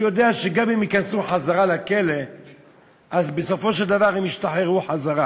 שהוא גם יודע שאם הם ייכנסו לכלא אז בסופו של דבר הם ישתחררו בחזרה,